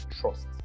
trust